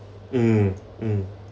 mm mm